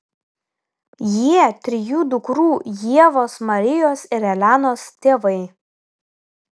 jie trijų dukrų ievos marijos ir elenos tėvai